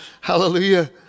Hallelujah